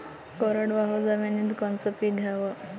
कोरडवाहू जमिनीत कोनचं पीक घ्याव?